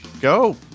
go